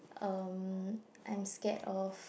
um I'm scared of